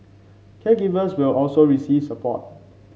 caregivers will also receive support